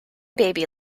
baby